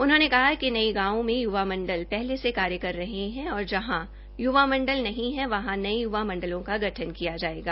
उन्होंने कहा कि कई गांवों में य्वा मंडल पहले से कार्य कर रहे है और जहाँ य्वा मंडल नहीं हैं वहां नए य्वा मंडलों का गठन किया जायेगा